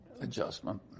adjustment